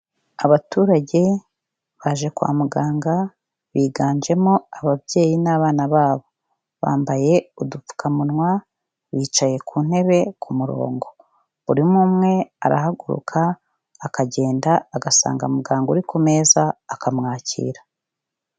Abaturage baje kwa muganga biganjemo ababyeyi n'abana babo. Bambaye udupfukamunwa, bicaye ku ntebe ku murongo. Buri umwe umwe arahaguruka akagenda, agasanga muganga uri ku meza akamwakira.